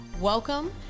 Welcome